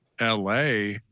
LA